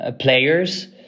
players